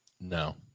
No